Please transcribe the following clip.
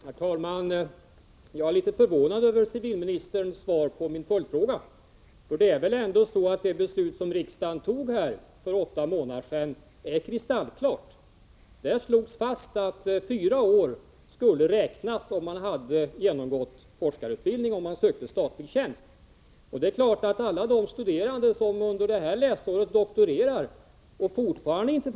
Herr talman! Jag är litet förvånad över civilministerns svar på min följdfråga. Det är väl ändå så att det beslut riksdagen fattade för åtta månader sedan är kristallklart? Där slogs fast att den som genomgått forskarutbildning skulle få tillgodoräkna sig fyra år när han sökte statlig tjänst. Det är klart att alla de studerande som doktorerar under innevarande läsår undrar varför ingenting händer.